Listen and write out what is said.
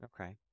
Okay